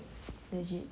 legit